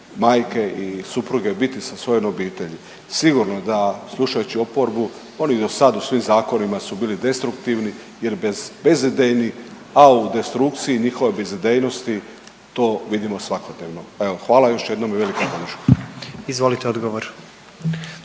majke i supruge biti sa svojom obitelji. Sigurno da slušajući oporbu oni i dosada u svim zakonima su bili destruktivni jer bez, bezidejni, a u destrukciji njihove bezidejnosti to vidimo svakodnevno. Evo, hvala još jednom i veliku podršku. **Jandroković,